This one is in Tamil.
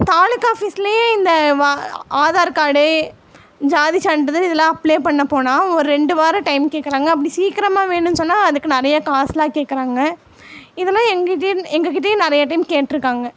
தாலூக்கா ஆஃபீஸ்லேயே இந்த வா ஆதார் கார்டு ஜாதி சான்றிதழ் இதெல்லாம் அப்ளே பண்ண போனால் ஒரு ரெண்டு வாரம் டைம் கேட்குறாங்க அப்படி சீக்கிரமாக வேணும் சொன்னால் அதுக்கு நிறைய காசுலாம் கேட்குறாங்க இதெலாம் எங்கிட்டயே எங்கக்கிட்டையே நிறையா டைம் கேட்டுருக்காங்க